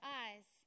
eyes